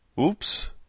Oops